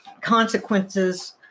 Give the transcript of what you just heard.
consequences